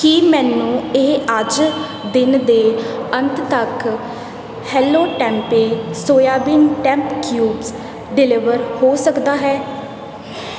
ਕੀ ਮੈਨੂੰ ਇਹ ਅੱਜ ਦਿਨ ਦੇ ਅੰਤ ਤੱਕ hello tempeh soybean tempeh cubes deliver ਹੋ ਸਕਦਾ ਹੈ